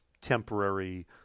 temporary